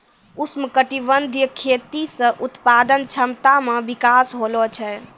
उष्णकटिबंधीय खेती से उत्पादन क्षमता मे विकास होलो छै